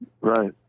right